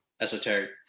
Esoteric